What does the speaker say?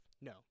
No